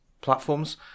platforms